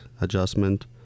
adjustment